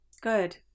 good